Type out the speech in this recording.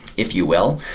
if you will.